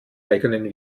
eigenen